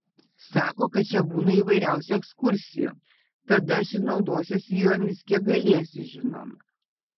sako kad čia būna įvairiausių ekskursijų tad aš ir naudosiuosi jomis kiek galėsiu žinoma